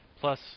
plus